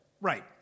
Right